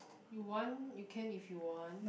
you want you can if you want